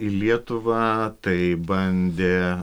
į lietuvą tai bandė